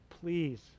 Please